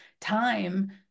time